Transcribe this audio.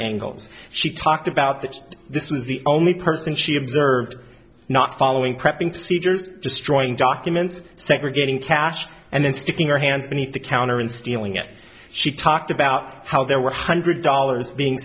angles she talked about that this was the only person she observed not following prepping procedures destroying documents segregating cash and then sticking her hands beneath the counter and stealing it she talked about how there were hundred dollars being